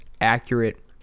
accurate